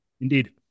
Indeed